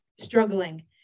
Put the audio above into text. struggling